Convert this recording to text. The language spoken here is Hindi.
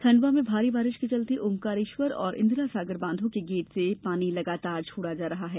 खंडवा में भारी बारिश के चलते ओमंकारेश्वर और इंदिरा सागर बांधों के गेट से पानी लगातार छोड़ा रहा है